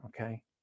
Okay